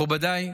מכובדיי,